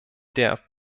der